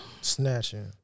Snatching